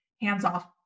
hands-off